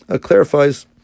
clarifies